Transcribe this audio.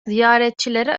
ziyaretçilere